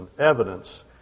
evidence